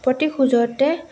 প্ৰতি খোজতে